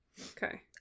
Okay